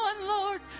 Lord